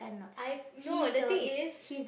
I no the thing is